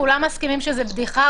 כולם מסכימים שזו בדיחה.